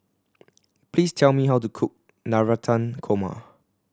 please tell me how to cook Navratan Korma